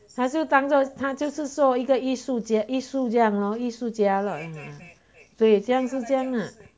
他就当他就是说一个艺术家艺术这样:ta jiu dang ta jiu shi shuo yi lor 艺术家了所以这样子是这样啦 yi zhe yang zi shi zhe yang la